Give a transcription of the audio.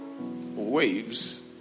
waves